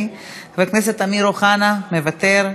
חבר הכנסת אמיר אוחנה, מוותר.